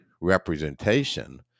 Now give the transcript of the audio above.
representation